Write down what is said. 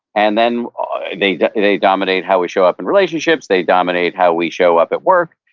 and then they they dominate how we show up in relationships. they dominate how we show up at work.